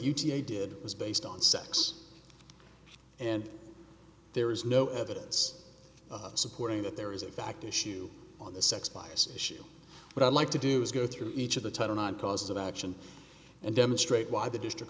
a did was based on sex and there is no evidence supporting that there is a fact issue on the sex lies issue but i'd like to do is go through each of the titanite causes of action and demonstrate why the district